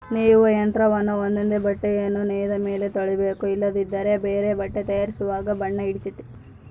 ನೇಯುವ ಯಂತ್ರವನ್ನ ಒಂದೊಂದೇ ಬಟ್ಟೆಯನ್ನು ನೇಯ್ದ ಮೇಲೆ ತೊಳಿಬೇಕು ಇಲ್ಲದಿದ್ದರೆ ಬೇರೆ ಬಟ್ಟೆ ತಯಾರಿಸುವಾಗ ಬಣ್ಣ ಹಿಡಿತತೆ